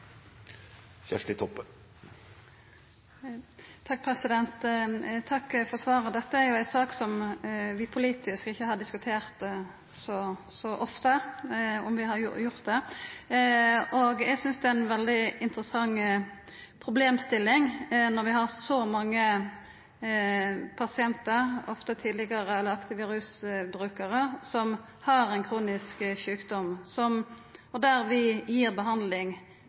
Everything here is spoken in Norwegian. for svaret. Dette er ei sak som vi politisk ikkje har diskutert så ofte, om vi har gjort det. Eg synest det er ei veldig interessant problemstilling når vi har så mange pasientar, ofte tidlegare eller aktive rusmiddelbrukarar, som har ein kronisk sjukdom, og der vi gir behandling